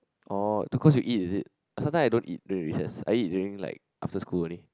oh to cause you eat is it sometimes I don't eat during recess I eat during like after school only